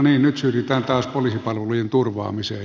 nyt siirrytään taas poliisipalvelujen turvaamiseen